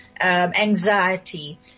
Anxiety